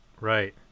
Right